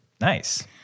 Nice